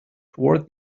toward